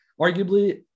arguably